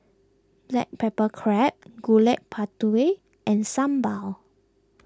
Black Pepper Crab Gudeg Putih and Sambal